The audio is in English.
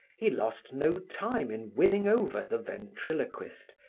he lost no time in winning over the ventriloquist,